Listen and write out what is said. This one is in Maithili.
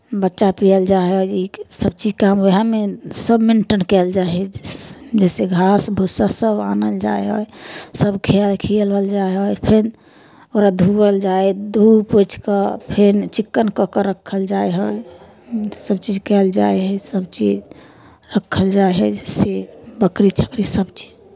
बच्चा पिआयल जाइ हइ ईसभ चीज काम उएहमे सभ मेंटेन कयल जाइ हइ जइसे घास भुस्सा सभ आनल जाइ हइ सभ खिआ खिआयल विाआयल जाइ हइ फेन ओकरा धोअल जाइ हइ धोऽ पोछि कऽ फेन चिक्कन कऽ कऽ राखल जाइ हइ सभचीज कयल जाइ हइ सभ चीज राखल जाइ हइ से बकरी छकरी सभचीज